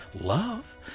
love